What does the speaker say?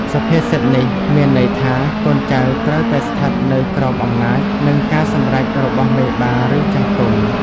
សុភាសិតនេះមានន័យថា កូនចៅត្រូវតែស្ថិតនៅក្រោមអំណាច និងការសម្រេចរបស់មេបា ឬចាស់ទុំ។